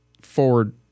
forward